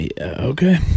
okay